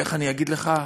איך אני אגיד לך,